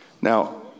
Now